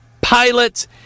pilots